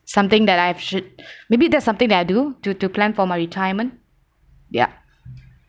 something that I should maybe that's something that I do to to plan for my retirement yup